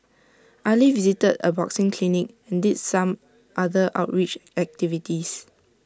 Ali visited A boxing clinic and did some other outreach activities